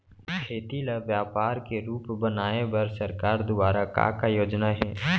खेती ल व्यापार के रूप बनाये बर सरकार दुवारा का का योजना हे?